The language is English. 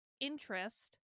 Interest